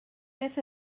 beth